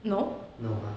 no uh